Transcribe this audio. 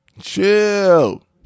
Chill